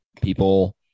people